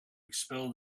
expel